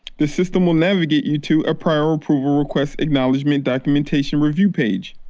the system will navigate you to a prior approval request acknowledge i mean documentation review page.